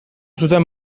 zuten